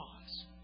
pause